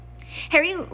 Harry